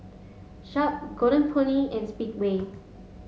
Sharp Golden Peony and Speedway